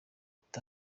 ati